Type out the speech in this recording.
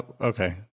Okay